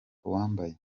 uwambaye